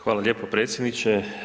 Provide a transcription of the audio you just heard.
Hvala lijepo predsjedniče.